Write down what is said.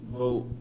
vote